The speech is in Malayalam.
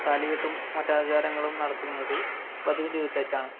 താലികെട്ടും മറ്റാചാരങ്ങളും നടത്തുന്നത് വധുവിൻ്റെ വീട്ടിൽ വെച്ചാണ്